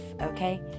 okay